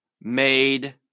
made